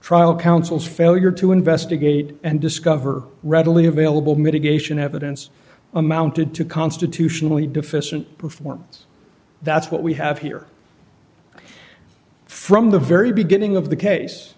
trial counsel's failure to investigate and discover readily available mitigation evidence amounted to constitutionally deficient performance that's what we have here from the very beginning of the case